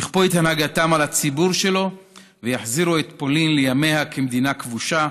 יכפו את הנהגתם על הציבור שלו ויחזירו את פולין לימיה כמדינה כבושה,